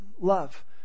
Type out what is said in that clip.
love